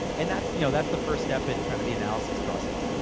and that's you know that's the first step in kind of the analysis process.